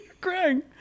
crying